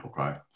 Okay